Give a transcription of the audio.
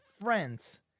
friends